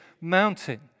mountain